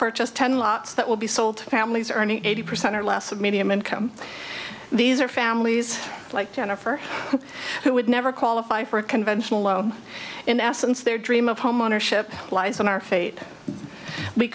purchase ten lots that will be sold to families earning eighty percent or less of medium income these are families like jennifer who would never qualify for a conventional loan in essence their dream of homeownership lies in our fate we